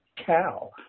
cow